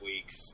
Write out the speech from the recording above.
weeks